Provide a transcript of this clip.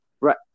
Right